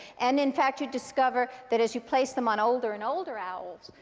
and, in fact, you discover that as you place them on older and older owls,